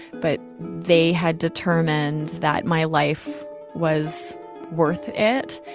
but they had determined that my life was worth it.